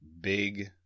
Big